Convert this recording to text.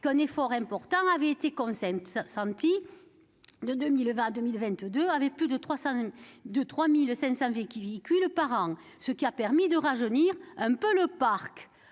qu'un effort important avait été consenti sur la période 2020-2022, avec plus de 3 500 véhicules par an, ce qui a permis de rajeunir un peu le parc.